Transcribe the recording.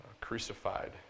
crucified